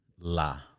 la